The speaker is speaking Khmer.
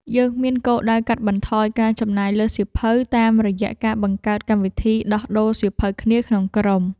យើងមានគោលដៅកាត់បន្ថយការចំណាយលើសៀវភៅតាមរយៈការបង្កើតកម្មវិធីដោះដូរសៀវភៅគ្នាក្នុងក្រុម។